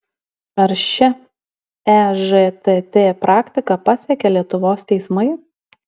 ar šia ežtt praktika pasekė lietuvos teismai